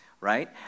right